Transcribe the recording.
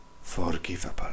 forgivable